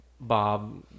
Bob